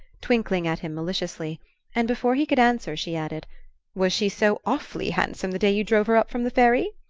twinkling at him maliciously and before he could answer she added was she so awfully handsome the day you drove her up from the ferry?